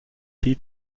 heed